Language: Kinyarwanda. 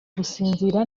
gusinzira